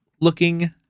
Looking